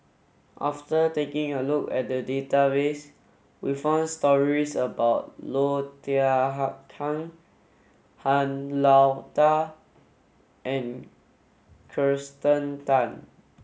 after taking a look at the database we found stories about Low Thia Khiang Han Lao Da and Kirsten Tan